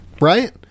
Right